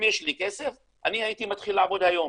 אם יש לי כסף אני הייתי מתחיל לעבוד היום.